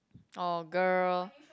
!aww! girl